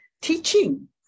Teaching